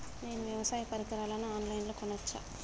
నేను వ్యవసాయ పరికరాలను ఆన్ లైన్ లో కొనచ్చా?